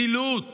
זילות